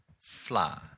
fly